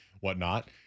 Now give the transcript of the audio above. whatnot